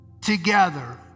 together